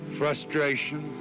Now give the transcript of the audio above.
frustration